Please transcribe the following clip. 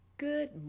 Good